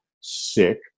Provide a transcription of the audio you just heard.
sick